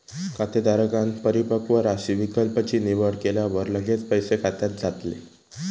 खातेधारकांन परिपक्व राशी विकल्प ची निवड केल्यावर लगेच पैसे खात्यात जातले